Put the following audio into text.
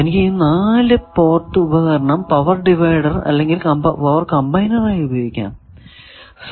എനിക്ക് ഈ 4 പോർട്ട് ഉപകരണം പവർ ഡിവൈഡർ അല്ലെങ്കിൽ പവർ കമ്പൈനർ ആയി ഉപയോഗിക്കാം